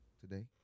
today